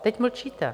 Teď mlčíte.